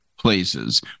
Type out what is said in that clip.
places